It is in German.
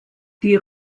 die